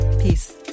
Peace